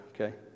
okay